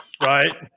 Right